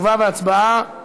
של